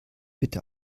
bitte